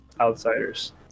Outsiders